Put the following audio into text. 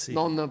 non